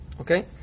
okay